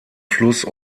fluss